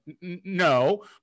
no